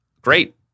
Great